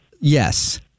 yes